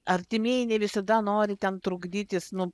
artimieji ne visada nori ten trukdytis nu